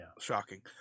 Shocking